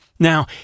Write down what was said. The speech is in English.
Now